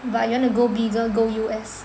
but you want to go bigger go U_S